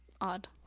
odd